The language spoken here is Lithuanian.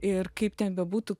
ir kaip ten bebūtų